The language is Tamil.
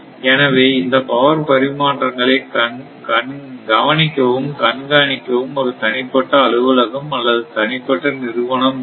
எனவே இந்த பவர் பரிமாற்றங்களை கவனிக்கவும் கண்காணிக்கவும் ஒரு தனிப்பட்ட அலுவலகம் அல்லது தனிப்பட்ட நிறுவனம் இருக்கும்